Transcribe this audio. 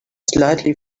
slightly